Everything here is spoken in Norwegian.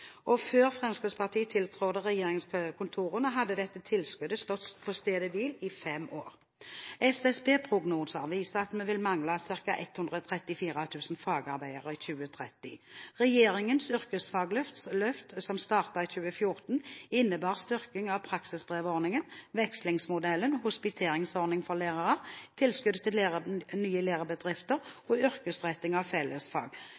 lærekontrakt. Før Fremskrittspartiet tiltrådte regjeringskontorene, hadde dette tilskuddet stått på stedet hvil i fem år. SSB-prognoser viser at vi vil mangle ca. 134 000 fagarbeidere i 2030. Regjeringens yrkesfagløft, som startet i 2014, innebar styrking av praksisbrevordningen, vekslingsmodellen, hospiteringsordningen for lærerne, tilskudd til nye